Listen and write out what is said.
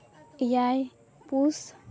ᱮᱭᱟᱭ ᱯᱩᱥ